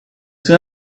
soon